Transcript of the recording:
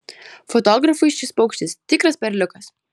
fotografui šis paukštis tikras perliukas